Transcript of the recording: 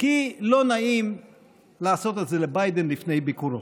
כי לא נעים לעשות את זה לביידן לפני ביקורו.